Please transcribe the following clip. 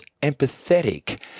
empathetic